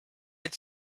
had